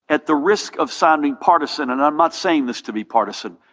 at the risk of sounding partisan, and i'm not saying this to be partisan.